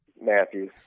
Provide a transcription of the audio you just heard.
Matthews